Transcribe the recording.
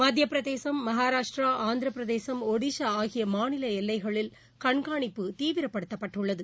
மத்திய பிரதேசம் மகாராஷ்ட்ரா ஆந்திரப்பிரதேசம் ஷடிசா ஆகிய மாநில எல்லைகளில் கண்காணிப்பு தீவிரப்படுத்தப்பட்டுள்ளது